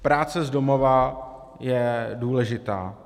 Práce z domova je důležitá.